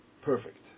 Perfect